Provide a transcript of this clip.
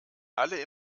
alle